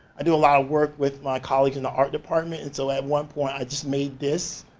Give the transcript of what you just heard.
i do a lot of work with my colleagues in the art department and so at one point, i just made this.